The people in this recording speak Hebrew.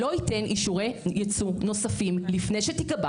שלא ייתן אישורי ייצוא נוספים לפני שתיקבע